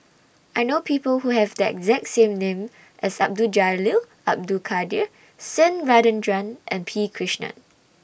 I know People Who Have The exact same name as Abdul Jalil Abdul Kadir same Rajendran and P Krishnan